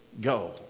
Go